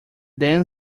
then